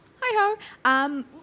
Hi-ho